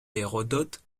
hérodote